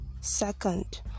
Second